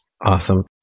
Awesome